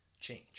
change